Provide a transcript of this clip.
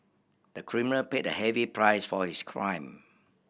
the criminal paid a heavy price for his crime